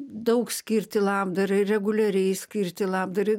daug skirti labdarai reguliariai skirti labdarai